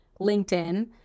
LinkedIn